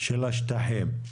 של השטחים.